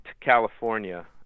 California